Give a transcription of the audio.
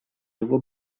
его